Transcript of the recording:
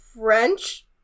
French